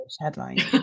headline